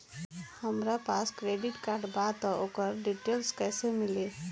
हमरा पास credit card बा त ओकर डिटेल्स कइसे मिली?